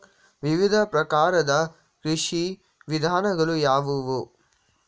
ವಿವಿಧ ಪ್ರಕಾರದ ಕೃಷಿ ವಿಧಾನಗಳು ಯಾವುವು?